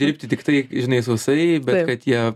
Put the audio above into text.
dirbti tiktai žinai sausai kad jie